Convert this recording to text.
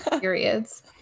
Periods